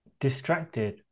distracted